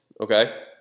okay